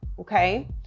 okay